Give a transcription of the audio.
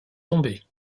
tombé